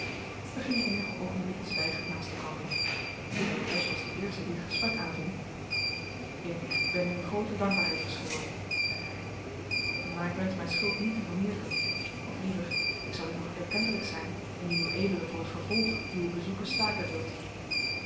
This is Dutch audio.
wij gingen eenige oogenblikken zwijgend naast elkanderen de heer bos was de eerste die het gesprek aanving ik ben u groote dankbaarheid verschuldigd zeide hij maar ik wensch mijn schuld niet te vermeerderen of liever ik zal u nog erkentelijker zijn indien ued voor het vervolg uwe bezoeken staken wilt